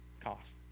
cost